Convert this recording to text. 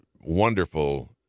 wonderful